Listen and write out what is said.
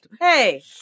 hey